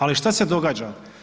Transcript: Ali, što se događa?